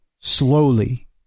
slowly